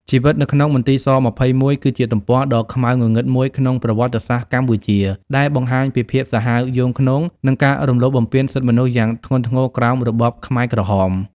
ជីវិតនៅក្នុងមន្ទីរស-២១ គឺជាទំព័រដ៏ខ្មៅងងឹតមួយក្នុងប្រវត្តិសាស្ត្រកម្ពុជា ដែលបង្ហាញពីភាពសាហាវយង់ឃ្នង និងការរំលោភបំពានសិទ្ធិមនុស្សយ៉ាងធ្ងន់ធ្ងរក្រោមរបបខ្មែរក្រហម។